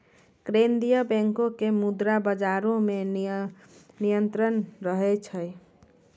केन्द्रीय बैंको के मुद्रा बजारो मे नियंत्रण रहै छै